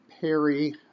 Perry